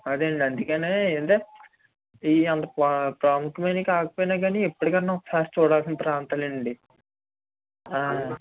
అదే అండి అందుకని ఏంది ఇవి అంత పా ప్రాముఖ్యమైనవి కాకపోయిన కానీ ఎప్పటికన్న ఒకసారి చూడాల్సిన ప్రాంతాలు అండి